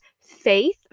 Faith